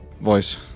voice